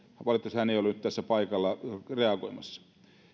valitettavasti hän ei ole nyt tässä paikalla reagoimassa